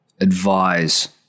advise